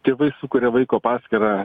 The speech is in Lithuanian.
tėvai sukuria vaiko paskyrą